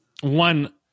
one